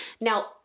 now